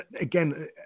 again